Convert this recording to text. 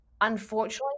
Unfortunately